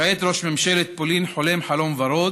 כעת ראש ממשלת פולין חולם חלום ורוד